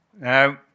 Now